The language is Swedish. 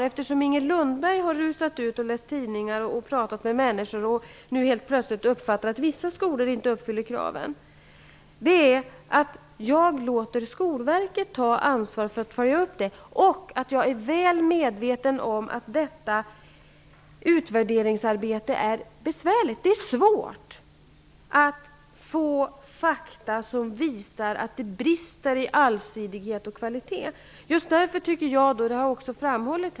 Eftersom Inger Lundberg efter att ha läst tidningar och pratat med människor nu helt plötsligt uppfattar det som att vissa skolor inte uppfyller kraven, vill jag säga att jag låter Skolverket ta ansvar för att följa upp det hela. Jag är också väl medveten om att detta utvärderingsarbete är besvärligt. Det är svårt att få fram fakta som visar att det brister i allsidighet och kvalitet vad gäller skolans verksamhet.